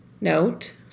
Note